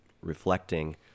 reflecting